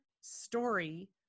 story